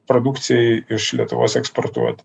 produkcijai iš lietuvos eksportuoti